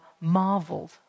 marveled